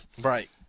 Right